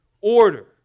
order